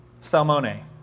Salmone